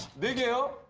video.